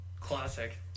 Classic